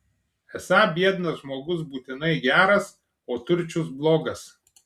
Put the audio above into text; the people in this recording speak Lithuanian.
esą biednas žmogus būtinai geras o turčius blogas